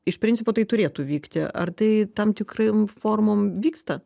iš principo tai turėtų vykti ar tai tam tikrom formom vyksta